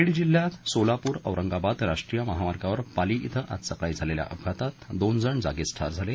बीड जिल्ह्यात सोलापूर औरंगाबाद या राष्ट्रीय महामार्गावर पाली थें आज सकाळी झालेल्या अपघातामध्ये दोन जण जागीच ठार झाले